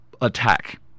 attack